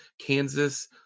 Kansas